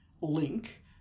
link